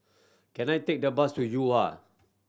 can I take the bus to